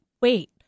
wait